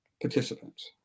participants